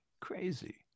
crazy